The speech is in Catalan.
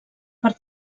per